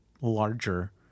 larger